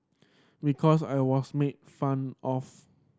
because I was made fun of